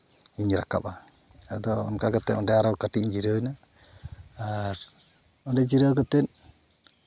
ᱤᱧ ᱨᱟᱠᱟᱵᱟ ᱟᱫᱚ ᱚᱱᱠᱟ ᱠᱟᱛᱮᱫ ᱚᱸᱰᱮ ᱟᱨᱚ ᱠᱟᱹᱴᱤᱡ ᱤᱧ ᱡᱤᱨᱟᱹᱣ ᱮᱱᱟ ᱟᱨ ᱚᱸᱰᱮ ᱡᱤᱨᱟᱹᱣ ᱠᱟᱛᱮᱫ